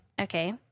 Okay